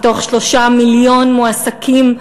מתוך 3 מיליון מועסקים,